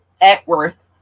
Atworth